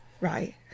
Right